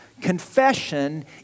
confession